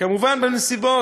כמובן, בנסיבות.